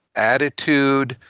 attitude,